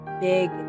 big